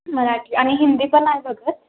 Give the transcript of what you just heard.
मराठी आणि हिंदी पण नाही बघत